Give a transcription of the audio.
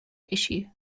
issue